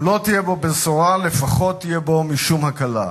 אם לא תהיה בו בשורה, לפחות תהיה בו משום הקלה.